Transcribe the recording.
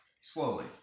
Slowly